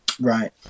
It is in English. Right